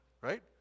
right